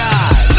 God